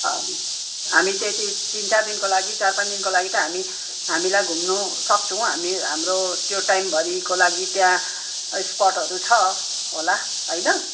हामी त्यति तिन चार दिनको लागि चार पाँच दिनको लागि त हामी हामीलाई घुम्न सक्छौँ हामी हाम्रो त्यो टाइमभरिको लागि त्यहाँ स्पटहरू छ होला होइन